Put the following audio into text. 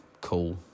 cool